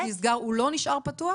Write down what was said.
ואז התיק נסגר והוא לא נשאר פתוח?